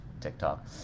TikTok